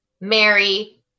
Mary